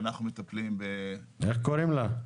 אנחנו מטפלים --- איך קוראים לה?